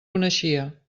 coneixia